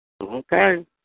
Okay